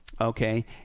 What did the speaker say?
okay